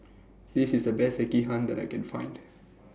This IS The Best Sekihan that I Can Find